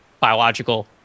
biological